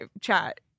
chat